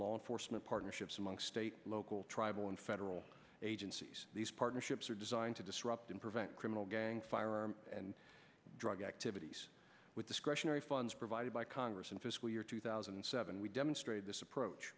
law enforcement partnerships among state local tribal and federal agencies these partnerships are designed to disrupt and prevent criminal gang firearm and drug activities with discretionary funds provided by congress in fiscal year two thousand and seven we demonstrated this approach